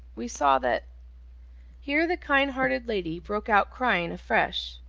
we saw that here the kind-hearted lady broke out crying afresh.